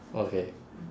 okay